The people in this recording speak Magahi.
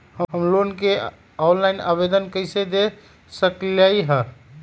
हम लोन के ऑनलाइन आवेदन कईसे दे सकलई ह?